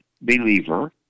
believer